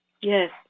Yes